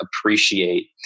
appreciate